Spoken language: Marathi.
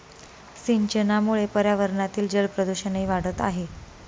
सिंचनामुळे पर्यावरणातील जलप्रदूषणही वाढत आहे